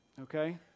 okay